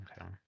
Okay